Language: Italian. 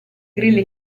grilli